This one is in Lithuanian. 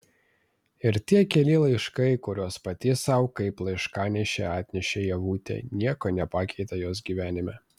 ir tie keli laiškai kuriuos pati sau kaip laiškanešė atnešė ievutė nieko nepakeitė jos gyvenime